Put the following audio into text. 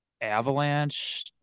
Avalanche